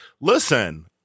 Listen